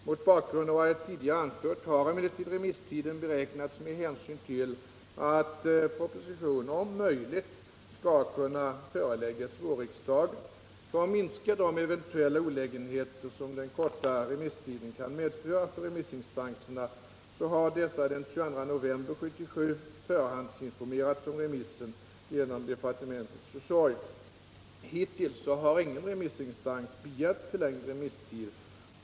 Mot bakgrund av vad jag tidigare anfört har emellertid remisstiden beräknats med hänsyn till att proposition om möjligt skall kunna föreläggas vårriksdagen. För att minska de eventuella olägenheter den korta remisstiden kan medföra för remissinstanserna har dessa den 22 november 1977 förhandsinformerats om remissen genom budgetdepartementets försorg. Hittills har ingen remissinstans begärt förlängd remisstid.